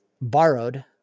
borrowed